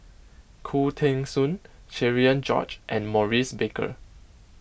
Khoo Teng Soon Cherian George and Maurice Baker